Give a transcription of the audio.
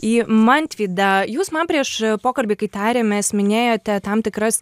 į mantvidą jūs man prieš pokalbį kai tarėmės minėjote tam tikras